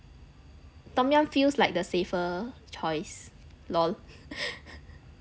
tom yum feels like the safer choice LOL